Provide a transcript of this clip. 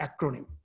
acronym